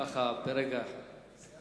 ככה ברגע אחד.